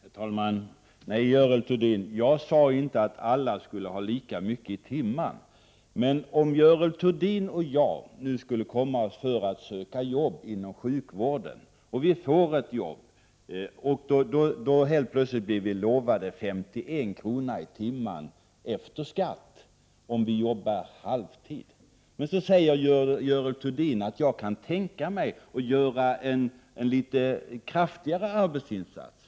Herr talman! Nej, Görel Thurdin, jag sade inte att alla skulle ha lika 14 december 1988 | mycket betalt per timme. Men om Görel Thurdin och jag nu skulle Komma JT ÖroÖomcbamon för är oss för med att söka jobb inom sjukvården, så får vi jobb och blir lovade 51 kr. i timmen efter skatt om vi jobbar halvtid. Men så säger Görel Thurdin att hon kan tänka sig att göra en större arbetsinsats.